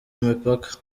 mipaka